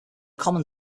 common